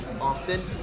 often